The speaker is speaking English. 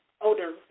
older